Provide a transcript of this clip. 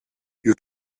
you